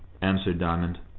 answered diamond,